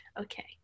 Okay